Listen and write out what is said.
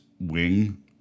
wing